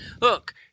Look